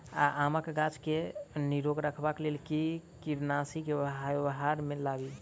आमक गाछ केँ निरोग रखबाक लेल केँ कीड़ानासी केँ व्यवहार मे लाबी?